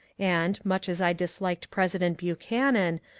and, much as i disliked president buchanan,